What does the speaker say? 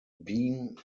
bean